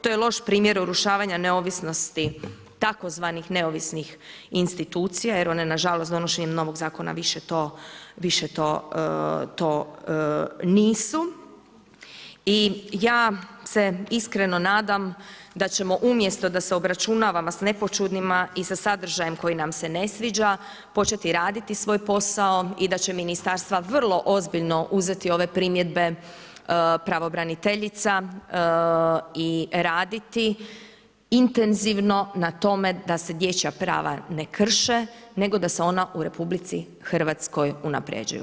To je loš primjer urušavanja neovisnosti tzv. neovisnih institucija jer one nažalost, donošenjem novog Zakona više to nisu i ja se iskreno nadam da ćemo umjesto da se obračunavamo s nepoćudnima i sa sadržajem koji nam se ne sviđa početi raditi svoj posao i da će Ministarstva vrlo ozbiljno uzeti ove primjedbe pravobraniteljica i raditi intenzivno na tome da se dječja prava ne krše nego da se ona u RH unapređuju.